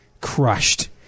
crushed